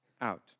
out